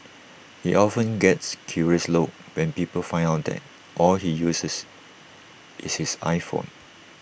he often gets curious looks when people find out that all he uses is his iPhone